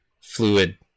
fluid